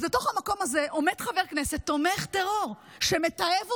אז בתוך המקום הזה עומד חבר כנסת תומך טרור שמתעב אותי.